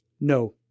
No